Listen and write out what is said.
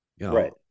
Right